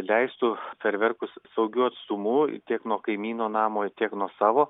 leistų fejerverkus saugiu atstumu tiek nuo kaimyno namo ir tiek nuo savo